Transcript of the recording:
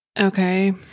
Okay